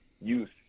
youth